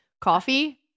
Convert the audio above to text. Coffee